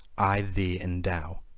i thee endow.